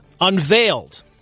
unveiled